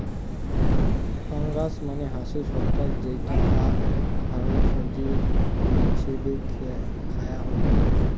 fungus মানে হসে ছত্রাক যেইটা আক ধরণের সবজি হিছেবে খায়া হই